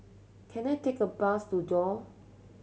can I take a bus to Duo